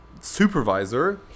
supervisor